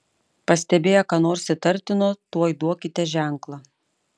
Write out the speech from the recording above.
pastebėję ką nors įtartino tuoj duokite ženklą